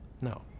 No